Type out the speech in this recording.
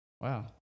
Wow